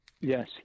Yes